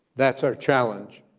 that's our challenge,